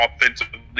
offensively